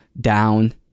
down